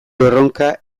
erronka